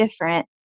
different